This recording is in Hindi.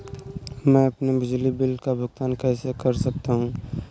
मैं अपने बिजली बिल का भुगतान कैसे कर सकता हूँ?